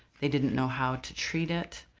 they didn't know how to treat it.